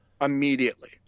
immediately